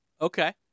Okay